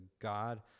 god